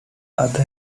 other